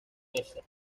eso